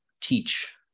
teach